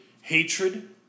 hatred